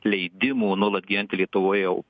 leidimų nuolat gyventi lietuvoj jau